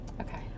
Okay